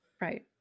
Right